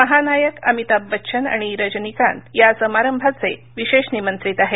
महानायक अमिताभ बच्चन आणि रजनीकांत या समारंभाचे विशेष निमंत्रित आहेत